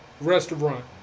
Restaurant